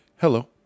Hello